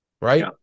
right